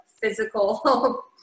physical